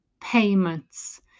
payments